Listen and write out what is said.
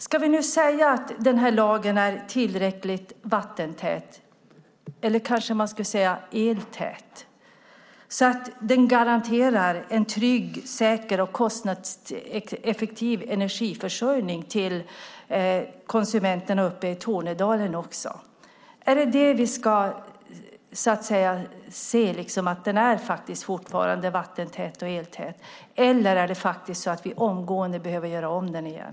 Ska vi nu säga att den här lagen är tillräckligt vattentät, eller man kanske skulle säga eltät, så att den garanterar en trygg, säker och kostnadseffektiv energiförsörjning till konsumenterna uppe i Tornedalen? Är det detta vi ska se, att den fortfarande är vattentät och eltät? Eller är det faktiskt så att vi omgående behöver göra om den igen?